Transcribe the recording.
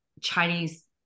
Chinese